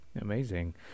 Amazing